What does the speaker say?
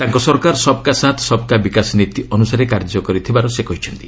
ତାଙ୍କ ସରକାର 'ସବ୍କା ସାଥ୍ ସବ୍କା ବିକାଶ' ନୀତି ଅନ୍ତସାରେ କାର୍ଯ୍ୟ କରିଥିବାର ସେ କହିଛନ୍ତି